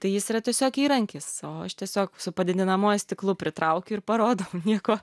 tai jis yra tiesiog įrankis o aš tiesiog su padidinamuoju stiklu pritraukiu ir parodau nieko